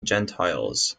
gentiles